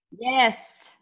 Yes